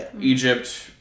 Egypt